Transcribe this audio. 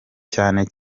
cyane